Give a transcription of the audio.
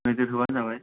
नोजोर होबानो जाबाय